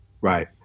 Right